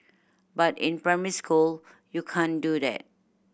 but in primary school you can't do that